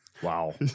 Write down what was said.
Wow